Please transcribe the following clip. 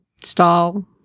stall